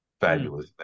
fabulous